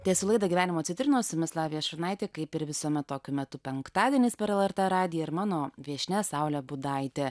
tęsiu laidą gyvenimo citrinos su jumis lavija šurnaitė kaip ir visuomet tokiu metu penktadieniaias per el er tė radiją ir mano viešnia saulė budaitės